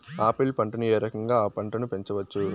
Apple పంటను ఏ రకంగా అ పంట ను పెంచవచ్చు?